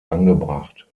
angebracht